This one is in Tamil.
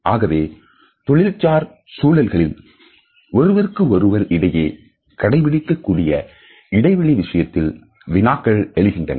ஆகவே தொழிற்சார் சூழல்களில் ஒருவருக்கு ஒருவர் இடையே கடைபிடிக்கக் கூடிய இடைவெளி விஷயத்தில் வினாக்கள் எழுகின்றன